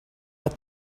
but